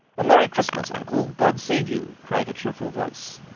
a merry christmas, uncle! god save you! cried a cheerful voice.